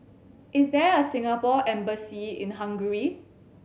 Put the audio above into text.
is there a Singapore Embassy in Hungary